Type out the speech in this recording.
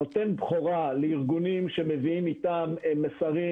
נותן בכורה לארגונים שמביאים איתם מסרים